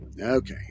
Okay